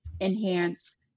enhance